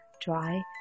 dry